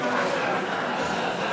של חבר הכנסת מיקי